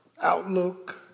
outlook